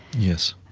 yes